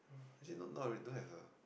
actually not not real don't have a